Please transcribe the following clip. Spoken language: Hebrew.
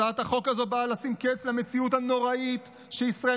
הצעת החוק הזאת באה לשים קץ למציאות הנוראית שישראל